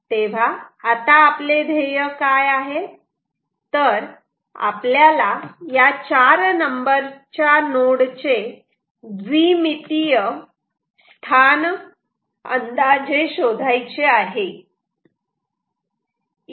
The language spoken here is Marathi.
तेव्हा आता आपले ध्येय काय आहे तर आपल्याला या 4 नंबरच्या नोड चे द्विमितीय स्थान अंदाजे शोधायचे आहे